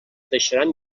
deixaran